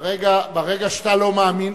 ברגע שאתה לא מאמין,